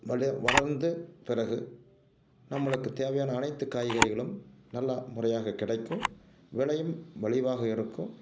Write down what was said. வளு வளர்ந்து பிறகு நம்மளுக்குத் தேவையான அனைத்துக் காய்கறிகளும் நல்லா முறையாகக் கிடைக்கும் விளையும் மலிவாக இருக்கும்